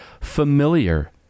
familiar